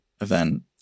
event